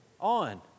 on